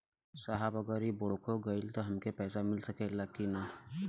साहब अगर इ बोडखो गईलतऽ हमके पैसा मिल सकेला की ना?